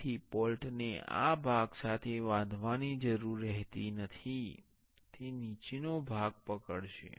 તેથી બોલ્ટ ને આ ભાગ સાથે બાંધવાની જરૂર નથી તે નીચેનો ભાગ પકડશે